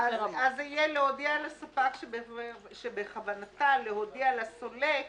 זה יהיה "להודיע לספק שבכוונתה להודיע לסולק